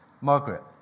Margaret